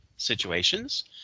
Situations